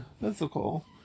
physical